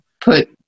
put